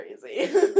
crazy